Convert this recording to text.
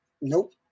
Nope